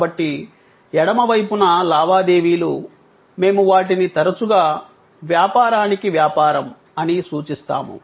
కాబట్టి ఎడమ వైపున లావాదేవీలు మేము వాటిని తరచుగా వ్యాపారానికి వ్యాపారం అని సూచిస్తాము